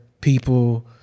people